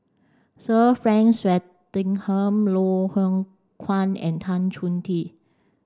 Sir Frank Swettenham Loh Hoong Kwan and Tan Chong Tee